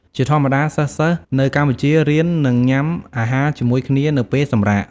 ជាធម្មតា សិស្សៗនៅកម្ពុជារៀន និងញុំអាហារជាមួយគ្នានៅពេលសម្រាក។